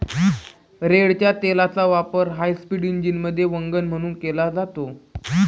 रेडच्या तेलाचा वापर हायस्पीड इंजिनमध्ये वंगण म्हणून केला जातो